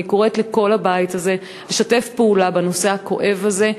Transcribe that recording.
אני קוראת לכל הבית הזה לשתף פעולה בנושא הכואב הזה,